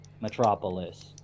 metropolis